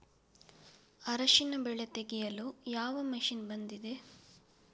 ಅರಿಶಿನ ಬೆಳೆ ತೆಗೆಯಲು ಯಾವ ಮಷೀನ್ ಬಂದಿದೆ?